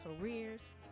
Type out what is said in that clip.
careers